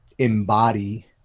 embody